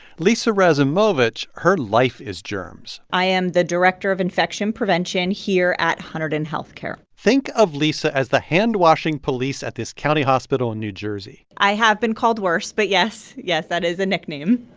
lisa rasimowicz her life is germs i am the director of infection prevention here at hunterdon healthcare think of lisa as the handwashing police at this county hospital in new jersey i have been called worse but, yes, yes, that is a nickname